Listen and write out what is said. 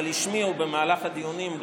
אבל הם השמיעו במהלך הדיונים,